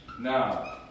now